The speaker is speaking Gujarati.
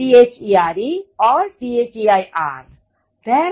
Choose from there or their